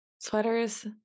Sweaters